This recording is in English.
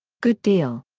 good deal.